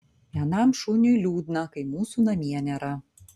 vienam šuniui liūdna kai mūsų namie nėra